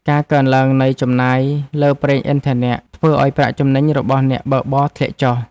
ការកើនឡើងនៃចំណាយលើប្រេងឥន្ធនៈ ធ្វើឱ្យប្រាក់ចំណេញរបស់អ្នកបើកបរធ្លាក់ចុះ។